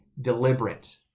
deliberate